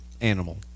animal